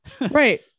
Right